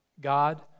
God